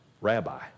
rabbi